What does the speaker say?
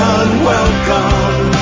unwelcome